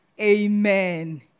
Amen